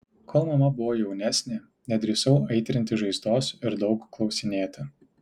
kol mama buvo jaunesnė nedrįsau aitrinti žaizdos ir daug klausinėti